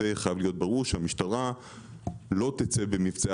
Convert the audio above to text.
חייב להיות ברור שהמשטרה לא תצא במבצעי